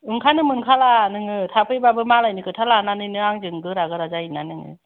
ओंखारनो मोनखाला नोङो थफैबाबो मालायनि खोथा लानानै गोरा गोरा जायो ना नोङो